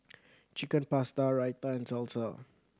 Chicken Pasta Raita and Salsa